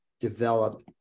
develop